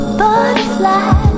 butterfly